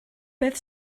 beth